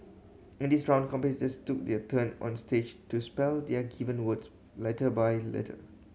in this round competitors took their turn on stage to spell their given words letter by letter